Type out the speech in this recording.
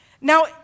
Now